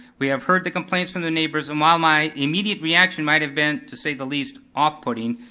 we have heard the complaints from the neighbors, and while my immediate reaction might have been, to say the least, off-putting,